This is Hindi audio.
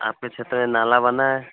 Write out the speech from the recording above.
आपके क्षेत्र में नाला बना है